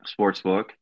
Sportsbook